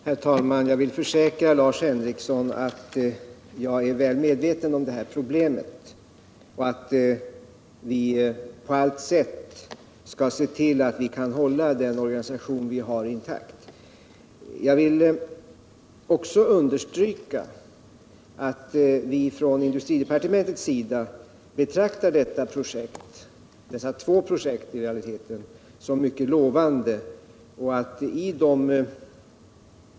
Herr talman! Jag vill försäkra Lars Henrikson att jag är väl medveten om det här problemet och att vi på allt sätt skall se till att vi kan hålla den organisation vi har intakt. Jag vill också understryka att vi från industridepartementets sida betraktar dessa två projekt — de är ju i realiteten två - som mycket lovande.